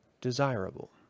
desirable